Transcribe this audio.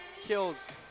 Kills